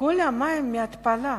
כל המים מהתפלה,